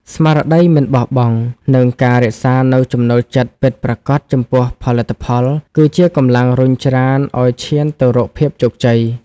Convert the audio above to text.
ស្មារតីមិនបោះបង់ និងការរក្សានូវចំណូលចិត្តពិតប្រាកដចំពោះផលិតផល គឺជាកម្លាំងរុញច្រានឱ្យឈានទៅរកភាពជោគជ័យ។